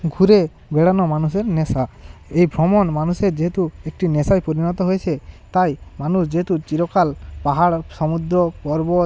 ঘুরে বেড়ানো মানুষের নেশা এই ভ্রমণ মানুষের যেহেতু একটি নেশায় পরিণত হয়েছে তাই মানুষ যেহেতু চিরকাল পাহাড় সমুদ্র পর্বত